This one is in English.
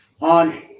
on